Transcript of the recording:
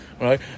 right